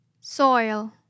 Soil